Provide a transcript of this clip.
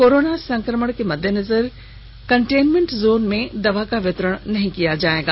corona संकमण के मददेनजर कंटेंनमेंट जोन में दवा का वितरण नहीं किया जाएगा